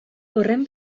horren